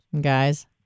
guys